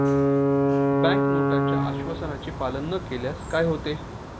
Bank नोटच्या आश्वासनाचे पालन न केल्यास काय होते?